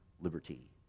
liberty